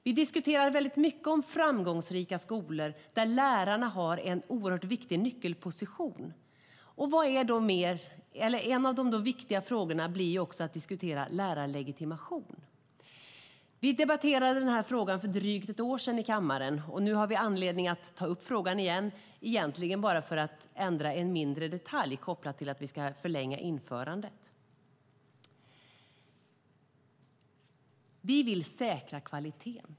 Vi diskuterar framgångsrika skolor där lärarna har en viktig nyckelposition, och en av de viktiga frågorna att diskutera är lärarlegitimation. Vi debatterade denna fråga för drygt ett år sedan i kammaren, och nu har vi anledning att ta upp frågan igen - egentligen bara för att ändra en mindre detalj kopplat till att vi ska förlänga införandet. Vi vill säkra kvaliteten.